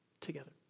together